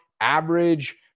average